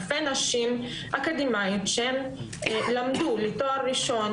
אלפי נשים אקדמיות שהן למדו לתואר ראשון